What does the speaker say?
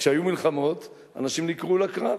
וכשהיו מלחמות אנשים נקראו לקרב,